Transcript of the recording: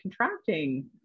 contracting